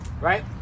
right